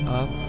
up